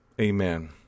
Amen